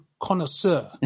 Connoisseur